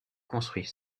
construit